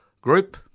group